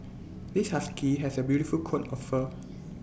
this husky has A beautiful coat of fur